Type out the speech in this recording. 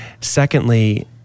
Secondly